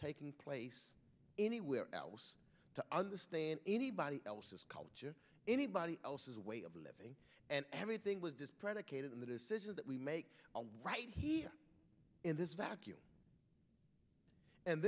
taking place anywhere else to understand anybody else's culture anybody else's way of living and everything was just predicated on the decision that we make right here in this vacuum and